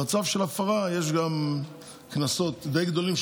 במצב של הפרה יש גם קנסות די גדולים,